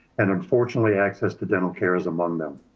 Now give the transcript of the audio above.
and unfortunately, access to dental care is among them.